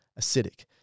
acidic